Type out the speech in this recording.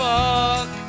fuck